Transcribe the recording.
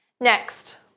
next